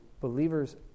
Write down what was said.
believers